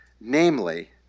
namely